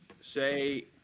say